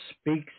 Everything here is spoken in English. speaks